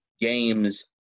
games